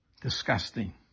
Disgusting